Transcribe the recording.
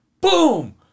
Boom